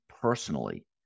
personally